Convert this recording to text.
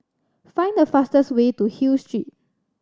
find the fastest way to Hill Street